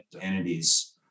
entities